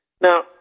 Now